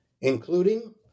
including